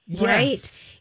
Right